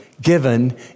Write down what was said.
given